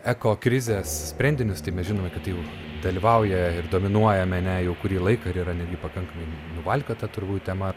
eko krizės sprendinius tai mes žinome kad jau dalyvauja ir dominuoja mene jau kurį laiką ir yra netgi pakankamai nuvalkiota turbūt tema